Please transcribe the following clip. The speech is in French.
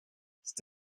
cette